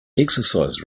exercise